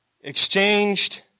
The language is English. Exchanged